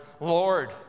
Lord